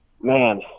man